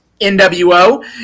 NWO